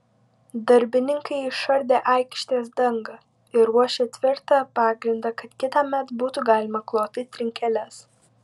darbininkai išardė aikštės dangą ir ruošią tvirtą pagrindą kad kitąmet būtų galima kloti trinkeles